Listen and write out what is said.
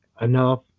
enough